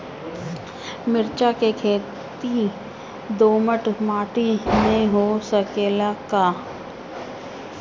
मिर्चा के खेती दोमट माटी में हो सकेला का?